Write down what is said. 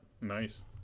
nice